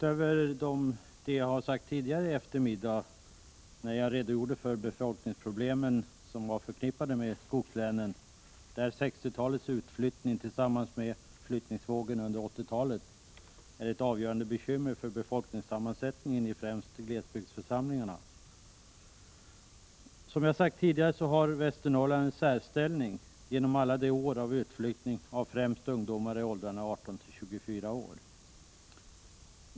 Herr talman! Tidigare i eftermiddag redogjorde jag för de befolkningsproblem som är förknippade med skogslänen, där 1960-talets utflyttning tillsammans med flyttningsvågen under 1980-talet är ett avgörande bekymmer för befolkningssammansättningen i främst glesbygdsförsamlingarna. Som jag har sagt tidigare har Västernorrland en särställning efter alla år av utflyttning av främst ungdomar i åldrarna 18-24 år.